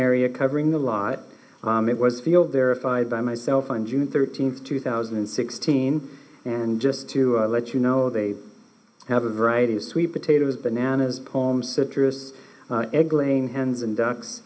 area covering the lot it was field verified by myself on june thirteenth two thousand and sixteen and just to let you know they have a variety of sweet potatoes bananas poem citrus egg laying hens and ducks